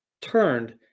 turned